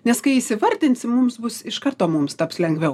nes kai įsivardinsim mums bus iš karto mums taps lengviau